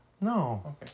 No